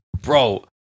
Bro